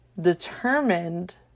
determined